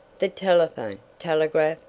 the telephone, telegraph,